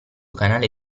canale